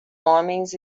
homens